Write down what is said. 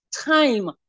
time